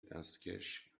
دستکش